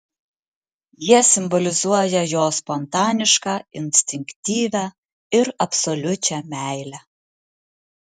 jie simbolizuoja jo spontanišką instinktyvią ir absoliučią meilę